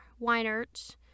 Weinert